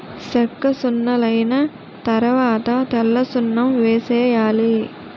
సెక్కసున్నలైన తరవాత తెల్లసున్నం వేసేయాలి